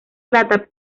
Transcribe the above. plata